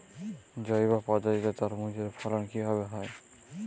জৈব পদ্ধতিতে তরমুজের ফলন কিভাবে হয়?